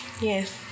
Yes